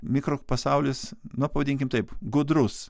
mikropasaulis na pavadinkim taip gudrus